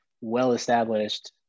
well-established